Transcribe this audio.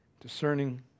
discerning